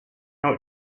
now